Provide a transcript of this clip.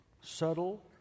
subtle